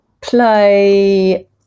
play